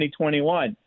2021